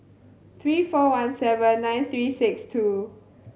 three four one seven nine three six two